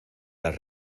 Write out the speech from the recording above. las